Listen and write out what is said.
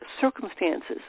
circumstances